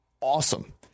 awesome